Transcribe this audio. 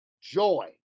joy